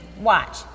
Watch